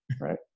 Right